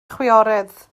chwiorydd